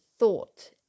Thought